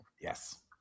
Yes